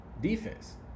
defense